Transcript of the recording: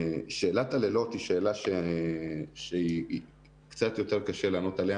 שאלת הלילות היא שאלה שקצת יותר קשה לענות עליה